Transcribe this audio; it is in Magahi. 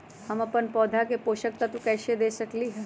हम अपन पौधा के पोषक तत्व कैसे दे सकली ह?